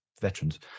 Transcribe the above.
veterans